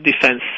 defense